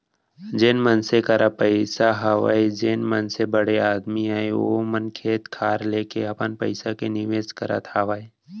जेन मनसे करा पइसा हवय जेन मनसे बड़े आदमी अय ओ मन खेत खार लेके अपन पइसा के निवेस करत हावय